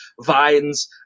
vines